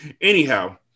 anyhow